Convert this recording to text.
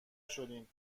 شدیم